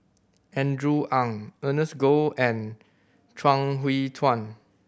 Andrew Ang Ernest Goh and Chuang Hui Tsuan